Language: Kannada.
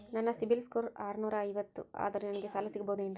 ನನ್ನ ಸಿಬಿಲ್ ಸ್ಕೋರ್ ಆರನೂರ ಐವತ್ತು ಅದರೇ ನನಗೆ ಸಾಲ ಸಿಗಬಹುದೇನ್ರಿ?